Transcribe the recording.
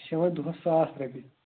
أسۍ چھِ ہٮ۪وان دۄہَس ساس رۄپیہِ